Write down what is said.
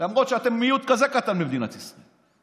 למרות שאתם מיעוט כזה קטן במדינת ישראל,